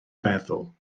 feddwl